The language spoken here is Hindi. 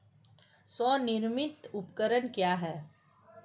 स्वनिर्मित उपकरण क्या है?